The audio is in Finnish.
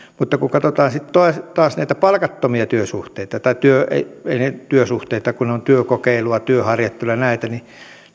mutta kun katsotaan sitten taas näitä palkattomia työsuhteita tai ei työsuhteita vaan työkokeilua työharjoittelua ja näitä niin